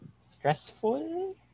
stressful